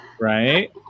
Right